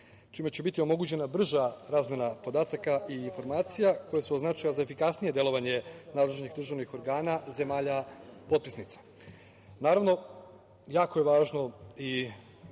čime će biti omogućena brža razmena podataka i informacija koje su od značaja za efikasnije delovanje nadležnih državnih organa zemalja potpisnica. Naravno, jako je važno i